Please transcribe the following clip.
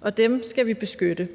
og dem skal vi beskytte.